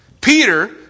Peter